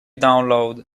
download